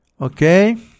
Okay